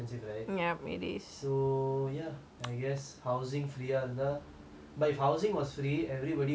so ya I guess housing free இருந்தா:iruntha but if housing was free everybody will be be living in bungalows